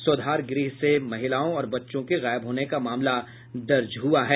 स्वाधार गृह से महिलाओं और बच्चों के गायब होने का मामला दर्ज हुआ है